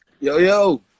yo-yo